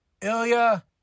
Ilya